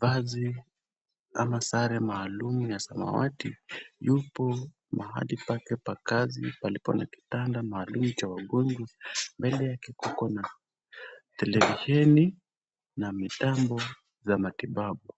vazi ama sare maalum ya samawati. Yupo mahali pake pa kazi palipo na kitanda maalum cha wagonjwa. Mbele yake kuko na televisheni na mitambo za matibabu.